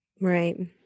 Right